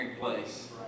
place